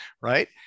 right